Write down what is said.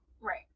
right